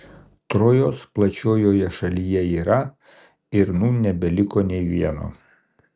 trojos plačiojoje šalyje yra ir nūn nebeliko nė vieno